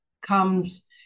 comes